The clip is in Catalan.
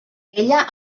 ella